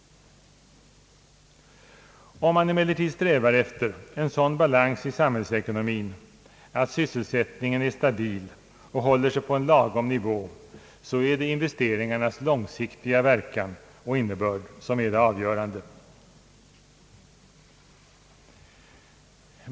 Om man emellertid strävar efter en sådan balans i samhällsekonomin att sysselsättningen är stabil och håller sig på en lagom nivå, så är det investeringarnas långsiktiga verkan och innebörd som är det avgörande.